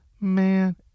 man